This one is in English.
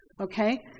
Okay